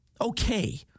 okay